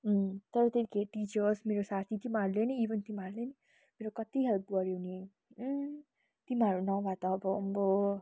तर त्यहाँ के टिचर्स मेरो साथी तिमीहरूले नि इभन तिमीहरूले पनि मेरो कति हेल्प गऱ्यौ नि तिमीहरू नभए त अब अम्बो